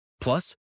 Plus